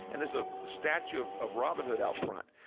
and there's a statue of of robin hood out front.